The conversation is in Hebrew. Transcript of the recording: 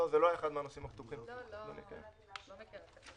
אם לא נשנה את החוק,